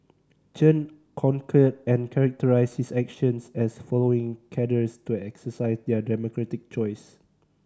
Chen concurred and characterised his actions as allowing cadres to exercise their democratic choice